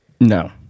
no